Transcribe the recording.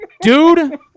Dude